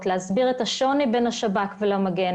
ובהסברה של השוני בין השב"כ לבין המגן.